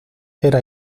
era